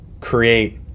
create